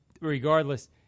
regardless